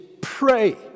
pray